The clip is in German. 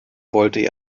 wollte